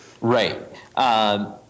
Right